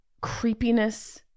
creepiness